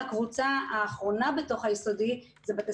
הקבוצה האחרונה בתוך היסודי זה בתי